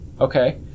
Okay